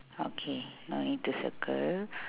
okay no need to circle